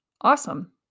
awesome